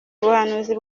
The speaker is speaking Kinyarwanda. buhanuzi